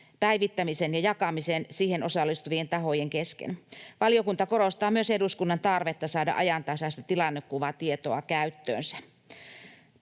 päivittämisen ja jakamisen siihen osallistuvien tahojen kesken. Valiokunta korostaa myös eduskunnan tarvetta saada ajantasaista tilannekuvatietoa käyttöönsä.